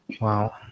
Wow